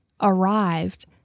Arrived